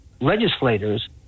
legislators